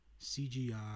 CGI